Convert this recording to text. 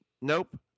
Nope